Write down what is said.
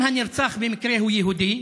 אם הנרצח במקרה הוא יהודי,